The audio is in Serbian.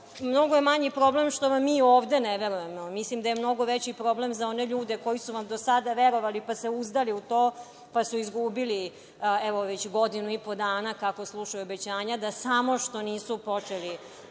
mnogo manji problem što mi ovde vam ne verujemo, mislim da je mnogo veći problem za one ljude koji su vam do sada verovali pa se uzdali u to, pa izgubili već godinu i po dana kako slušaju obećanja da samo što nisu počeli